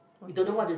okay